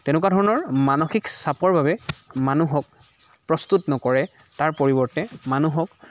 তেনেকুৱা ধৰণৰ মানসিক চাপৰ বাবে মানুহক প্ৰস্তুত নকৰে তাৰ পৰিৱৰ্তে মানুহক